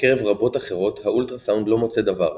בקרב רבות אחרות האולסטרסאונד לא מוצא דבר.